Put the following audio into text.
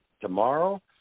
tomorrow